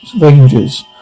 Rangers